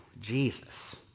Jesus